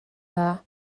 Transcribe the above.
dda